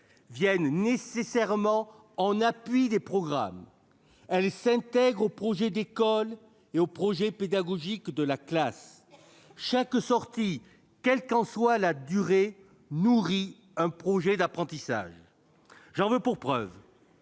viennent nécessairement en appui des programmes. Elles s'intègrent au projet d'école et au projet pédagogique de la classe. Chaque sortie, quelle qu'en soit la durée, nourrit un projet d'apprentissages. » J'en veux pour preuve